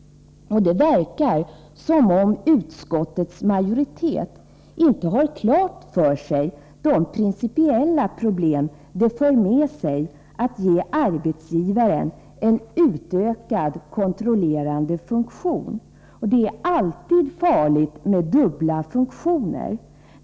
Det verkar som om utskottets majoritet inte har klart för sig de principiella problem som det för med sig om man ger arbetsgivaren en ökad kontrollerande funktion. Det är alltid farligt med dubbla funktioner.